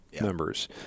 members